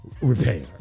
repair